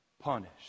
punish